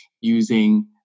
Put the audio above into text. using